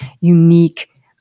unique